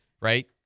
right